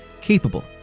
capable